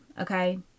Okay